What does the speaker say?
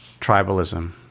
tribalism